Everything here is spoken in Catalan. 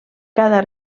cada